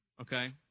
Okay